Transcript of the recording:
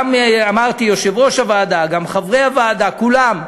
גם יושב-ראש הוועדה וגם חברי הוועדה, כולם,